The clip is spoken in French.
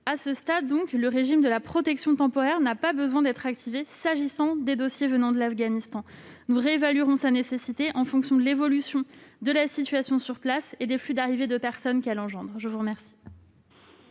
À ce stade, donc, le régime de la protection temporaire n'a pas besoin d'être activé s'agissant des personnes venant d'Afghanistan. Nous réévaluerons sa nécessité en fonction de l'évolution de la situation sur place et des flux d'arrivées de personnes qu'elle engendre. La parole